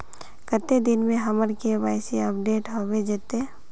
कते दिन में हमर के.वाई.सी अपडेट होबे जयते?